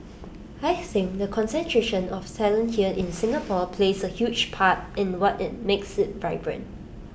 I think the concentration of talent here in Singapore plays A huge part in the what makes IT vibrant